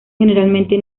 generalmente